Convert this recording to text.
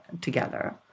together